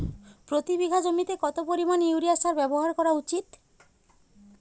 প্রতি বিঘা জমিতে কত পরিমাণ ইউরিয়া সার ব্যবহার করা উচিৎ?